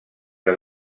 que